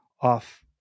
off